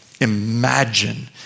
imagine